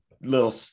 little